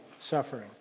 suffering